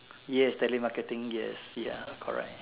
yes telemarketing yes ya correct